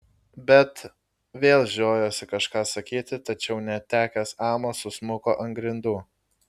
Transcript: bet vėl žiojosi kažką sakyti tačiau netekęs amo susmuko ant grindų